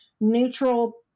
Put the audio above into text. neutral